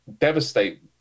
devastate